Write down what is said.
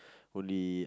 only